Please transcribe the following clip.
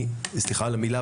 סליחה על המילה,